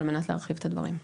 כדי שתרחיבו את הדברים.